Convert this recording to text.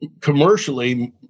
commercially